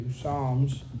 Psalms